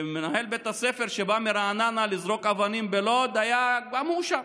מנהל בית הספר שבא מרעננה לזרוק אבנים בלוד היה גם הוא שם,